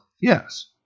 Yes